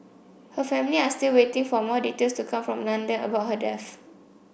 her family are still waiting for more details to come from London about her death